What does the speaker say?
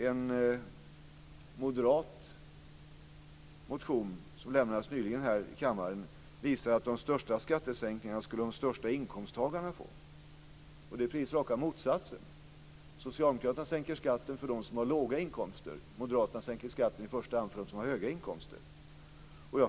En moderat motion som nyligen väcktes visar att de största skattesänkningarna skulle de högsta inkomsttagarna få. Det är precis raka motsatsen. Socialdemokraterna sänker skatten för dem som har låga inkomster, moderaterna sänker skatten i första hand för dem som har höga inkomster.